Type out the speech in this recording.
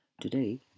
Today